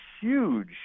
huge